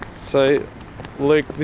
so luke,